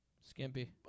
Skimpy